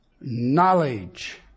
knowledge